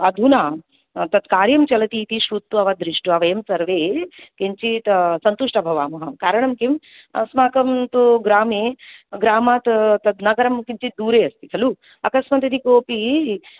अधुना तत् कार्यं चलति इति श्रुत्वा वा दृष्ट्वा वयं सर्वे किञ्चित् सन्तुष्ट भवामः कारणं किम् अस्माकं तु ग्रामे ग्रामात् तद् नगरं किञ्चित् दूरे अस्ति खलु अकस्मात् यदि कोऽपि